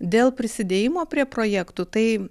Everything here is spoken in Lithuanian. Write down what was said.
dėl prisidėjimo prie projektų tai